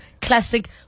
Classic